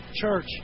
Church